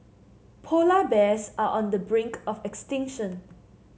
polar bears are on the brink of extinction